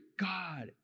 God